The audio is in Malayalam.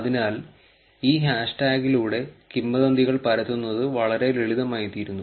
അതിനാൽ ഈ ഹാഷ്ടാഗിലൂടെ കിംവദന്തികൾ പരത്തുന്നത് വളരെ ലളിതമായിത്തീരുന്നു